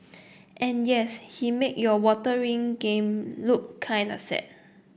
and yes he made your water ring game look kind of sad